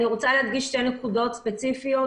אני רוצה להדגיש שתי נקודות ספציפיות.